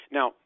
Now